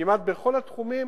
כמעט בכל התחומים